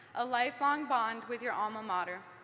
a life-long bond with your alma mater.